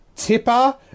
Tipper